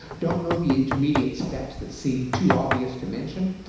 don't know the intermediate steps that seem too obvious to mention,